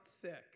sick